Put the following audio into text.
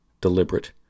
deliberate